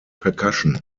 percussion